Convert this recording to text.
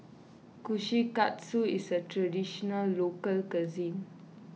Kushikatsu is a Traditional Local Cuisine